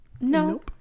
no